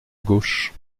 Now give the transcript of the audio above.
gauche